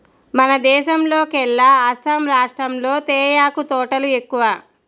మన దేశంలోకెల్లా అస్సాం రాష్టంలో తేయాకు తోటలు ఎక్కువ